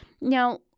Now